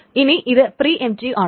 ഇനി ഇത് പ്രീഎംറ്റീവ് ആണ്